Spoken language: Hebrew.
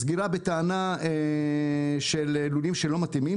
סגירה בטענה של לולים שהם לא מתאימים,